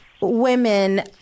women